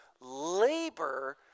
labor